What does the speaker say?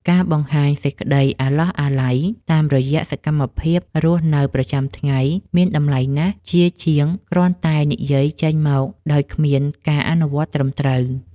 ការបង្ហាញសេចក្តីអាឡោះអាល័យតាមរយៈសកម្មភាពរស់នៅប្រចាំថ្ងៃមានតម្លៃណាស់ជាជាងការគ្រាន់តែនិយាយចេញមកដោយគ្មានការអនុវត្តត្រឹមត្រូវ។